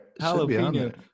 Jalapeno